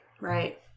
Right